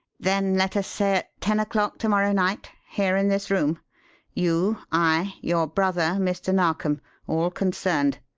then let us say at ten o'clock to-morrow night here in this room you, i, your brother, mr. narkom all concerned!